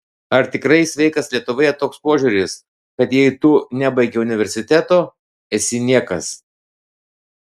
ar tikrai sveikas lietuvoje toks požiūris kad jei tu nebaigei universiteto esi niekas